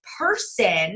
person